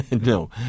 No